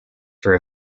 for